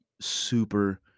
super